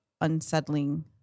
unsettling